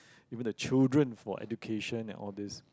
even the children for education and all these